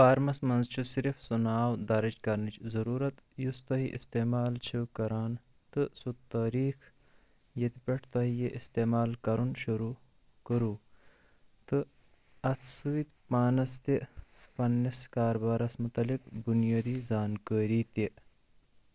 فارمَس منٛز چھُ صِرِف سُہ ناو دَرٕج کَرنٕچ ضروٗرت یُس تۅہہِ اِستعمال چِھو کَران تہٕ سُہ تٲریٖخ ییٚتہِ پٮ۪ٹھٕ تۄہہِ یہِ اِستعمال کَرُن شروٗع کوٚروٕ تہٕ اَتھ سۭتۍ پانس تہٕ پنٕنِس کارٕبارس مُتعلِق بُنیٲدی زانٛکٲری تہِ